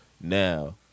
Now